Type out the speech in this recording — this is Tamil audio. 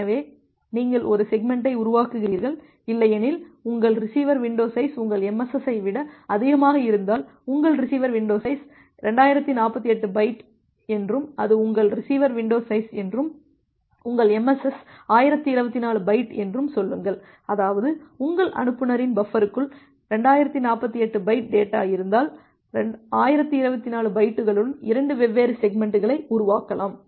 எனவே நீங்கள் ஒரு செக்மெண்ட்டை உருவாக்குகிறீர்கள் இல்லையெனில் உங்கள் ரிசீவர் வின்டோ சைஸ் உங்கள் MSS ஐ விட அதிகமாக இருந்தால் உங்கள் ரிசீவர் வின்டோ சைஸ் 2048 பைட் என்றும் அது உங்கள் ரிசீவர் வின்டோ சைஸ் என்றும் உங்கள் MSS 1024 பைட் என்றும் சொல்லுங்கள் அதாவது உங்கள் அனுப்புநரின் பஃபருக்குள் 2048 பைட் டேட்டா இருந்தால் 1024 பைட்டுகளுடன் 2 வெவ்வேறு செக்மெண்ட்களை உருவாக்கலாம்